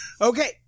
okay